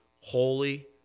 Holy